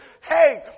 hey